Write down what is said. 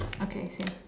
okay same